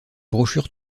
brochure